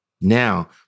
Now